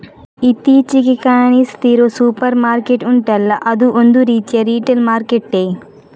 ಇತ್ತೀಚಿಗೆ ಕಾಣಿಸ್ತಿರೋ supermarket ಉಂಟಲ್ಲ ಅದೂ ಒಂದು ರೀತಿಯ ರಿಟೇಲ್ ಮಾರ್ಕೆಟ್ಟೇ